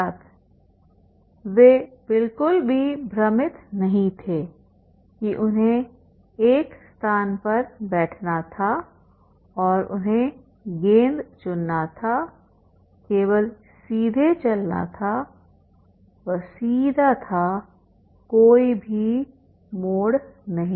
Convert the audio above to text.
छात्र वे बिल्कुल भी भ्रमित नहीं थे कि उन्हें एक स्थान पर बैठना था और उन्हें गेंद चुनना थाकेवल सीधे चलना था वह सीधा था कोई भी मोड़ नहीं